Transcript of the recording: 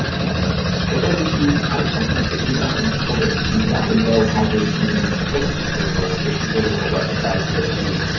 and, for those of you, i sometimes get emails from people that wanna know how they can take the surveys. well, if you go to our web site, you'll see,